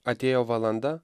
atėjo valanda